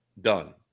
done